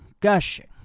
gushing